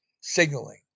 signaling